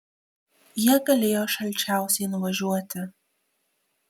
jie galėjo šalčiausiai nuvažiuoti